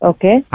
Okay